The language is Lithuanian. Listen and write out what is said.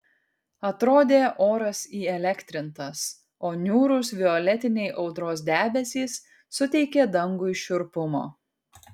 atrodė oras įelektrintas o niūrūs violetiniai audros debesys suteikė dangui šiurpumo